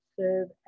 serve